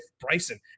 Bryson